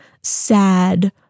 sad